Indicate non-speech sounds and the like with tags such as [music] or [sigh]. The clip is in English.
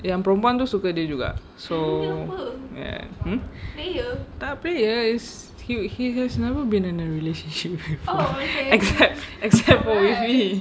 yang perempuan tu suka dia juga so ya hmm tak player is he he's just never been in a relationship before [laughs] except except for with me